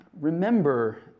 Remember